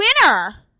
winner